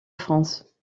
france